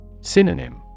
Synonym